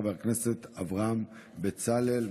חבר הכנסת אברהם בצלאל,